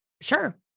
Sure